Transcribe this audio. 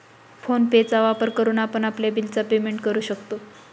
phone pay चा वापर करून आपण आपल्या बिल च पेमेंट करू शकतो